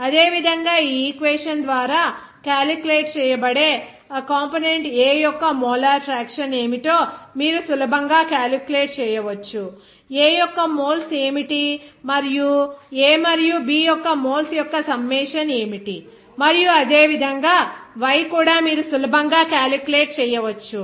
అదేవిధంగా ఈ ఈక్వేషన్ ద్వారా క్యాలిక్యులేట్ చేయబడే ఆ కంపోనెంట్ A యొక్క మోలార్ ఫ్రాక్షన్ ఏమిటో మీరు సులభంగా క్యాలిక్యులేట్ చేయవచ్చు A యొక్క మోల్స్ ఏమిటి మరియు A మరియు B యొక్క మోల్స్ యొక్క సమ్మేషన్ ఏమిటి మరియు అదేవిధంగా yi కూడా మీరు సులభంగా క్యాలిక్యులేట్ చేయవచ్చు